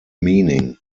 meaning